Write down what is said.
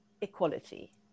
equality